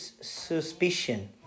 suspicion